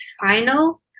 final